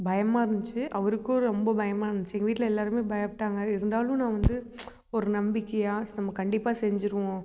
பயமாக இருந்துச்சி அவருக்கும் ரொம்ப பயமாக இருந்துச்சி எங்கள் வீட்டில எல்லாருமே பயப்பட்டாங்க இருந்தாலும் நான் வந்து ஒரு நம்பிக்கையாக நம்ம கண்டிப்பாக செஞ்சிடுவோம்